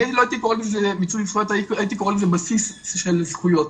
אני הייתי קורא לזה בסיס של זכויות.